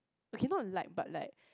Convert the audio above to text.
okay not like but like